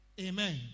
Amen